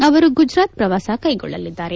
ಅವರು ಗುಜರಾತ್ ಪ್ರವಾಸ ಕೈಗೊಳ್ಳಲಿದ್ದಾರೆ